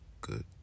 good